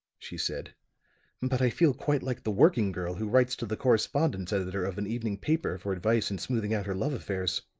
she said but i feel quite like the working girl who writes to the correspondence editor of an evening paper for advice in smoothing out her love affairs.